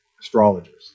astrologers